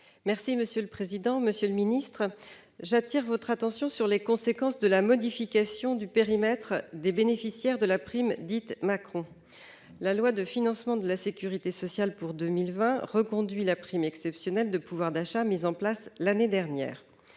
Monsieur le secrétaire d'État, j'appelle votre attention sur les conséquences de la modification du périmètre des bénéficiaires de la prime dite « Macron ». La loi de financement de la sécurité sociale pour 2020 reconduit la prime exceptionnelle de pouvoir d'achat mise en place l'année dernière.